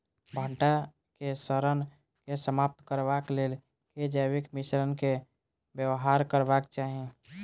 भंटा केँ सड़न केँ समाप्त करबाक लेल केँ जैविक मिश्रण केँ व्यवहार करबाक चाहि?